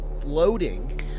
floating